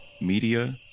Media